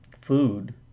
food